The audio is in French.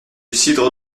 cidre